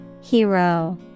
Hero